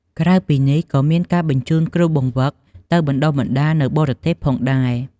ក្រៅពីនេះក៏មានការបញ្ជូនគ្រូបង្វឹកទៅបណ្ដុះបណ្ដាលនៅបរទេសផងដែរ។